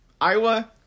Iowa